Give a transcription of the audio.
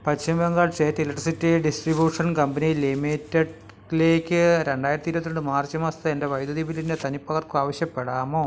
പശ്ചിമ Bengal state electricity distribution company ലിമിറ്റഡ്ലേക്ക് രണ്ടായിരത്തി ഇരുപത്തിരണ്ട് മാർച്ച് മാസത്തെ എൻ്റെ വൈദ്യുതി ബില്ലിൻ്റെ തനിപ്പകർപ്പ് ആവശ്യപ്പെടാമോ